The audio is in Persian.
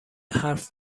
حرف